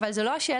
אבל זה לא השאלה.